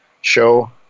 show